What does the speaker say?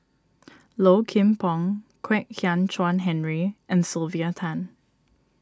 Low Kim Pong Kwek Hian Chuan Henry and Sylvia Tan